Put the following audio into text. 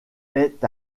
est